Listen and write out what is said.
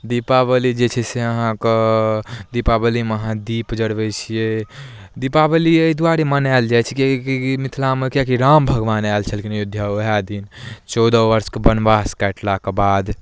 दीपावली जे छै से अहाँके दीपावलीमे अहाँ दीप जरबै छियै दीपावली एहि दुआरे मनाएल जाइ छै किएकि मिथिलामए किएकि राम भगवान आयल छलखिन अयोध्या उएह दिन चौदह वर्षके वनवास कटलाके बाद